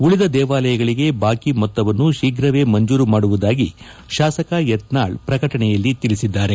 ಉಳಿದ ದೇವಾಲಯಗಳಿಗೆ ಬಾಕಿ ಮೊತ್ತವನ್ನು ಶೀಘವೇ ಮಂಜೂರು ಮಾಡುವುದಾಗಿ ಶಾಸಕ ಯತ್ನಾಳ್ ಪ್ರಕಟಣೆಯಲ್ಲಿ ತಿಳಿಸಿದ್ದಾರೆ